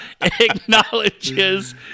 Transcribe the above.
acknowledges